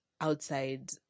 outside